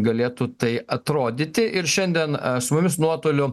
galėtų tai atrodyti ir šiandien su mumis nuotoliu